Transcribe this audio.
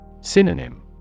Synonym